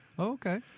Okay